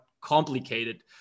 complicated